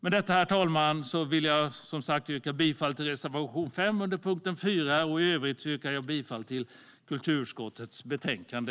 Med detta, herr talman, yrkar jag som sagt bifall till reservation 5 under punkt 4. I övrigt yrkar jag bifall till förslagen i kulturutskottets betänkande.